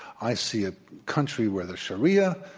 i see a country where the sharia,